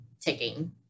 ticking